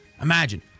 imagine